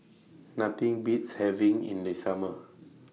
Nothing Beats having in The Summer